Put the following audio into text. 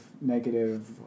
negative